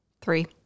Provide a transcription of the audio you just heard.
Three